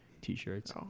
t-shirts